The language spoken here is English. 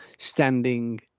Standing